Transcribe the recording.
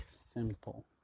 simple